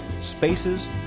spaces